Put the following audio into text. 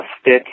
stick